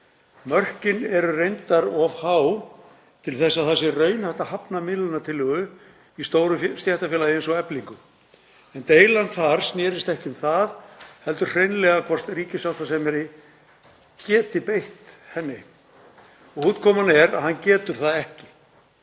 Mörkin eru reyndar of há til þess að það sé raunhæft að hafna miðlunartillögu í stóru stéttarfélagi eins og Eflingu, en deilan þar snerist ekki um það heldur hreinlega hvort ríkissáttasemjari geti beitt henni og útkoman er að hann getur það ekki.